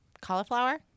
Cauliflower